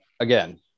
again